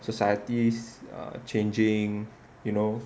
societies err changing you know